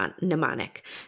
mnemonic